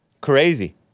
Crazy